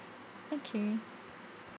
okay